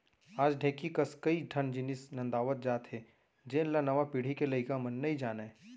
आज ढेंकी कस कई ठन जिनिस नंदावत जात हे जेन ल नवा पीढ़ी के लइका मन नइ जानयँ